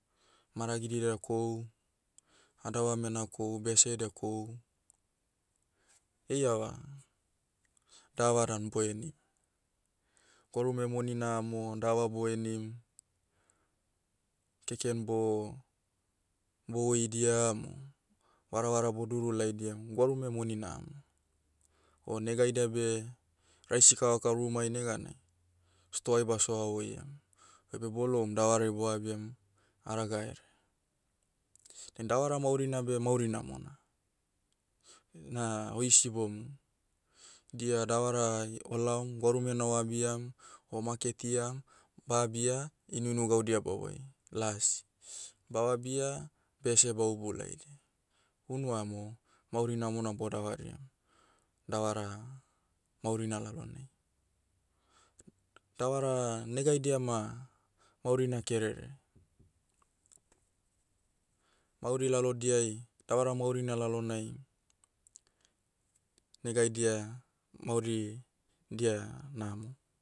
Maragidea kohu, adavam ena kohu bese edia kohu, eiava, dava dan bohenim. Gwarume monina amo dava bohenim, keken bo- bohoidiam o, varavara boduru laidiam gwarume monina amo. O negaida beh, raisi kavaka rumai neganai, stoai basoa hoiam. Oibe boloum davarai boa abiam, haragaere. Dain davara maurina beh mauri namona. Na, oi sibomu. Dia davara ai olaom, gwarumena oabiam, omaketiam, ba abia, inuinu gaudia bahoi. Las. Bavabia, bese baubu laidi. Unu amo, mauri namona bodavariam, davara, maurina lalonai. Davara, negaidia ma, maurina kerere. Mauri lalodiai, davara maurina lalonai, negaidia, mauri, dia namo.